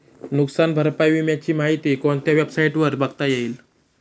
नुकसान भरपाई विम्याची माहिती कोणत्या वेबसाईटवर बघता येईल?